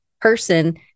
person